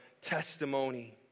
testimony